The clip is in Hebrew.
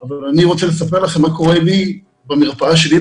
אבל אני רוצה לספר לכם מה קורה לי במרפאה שלי,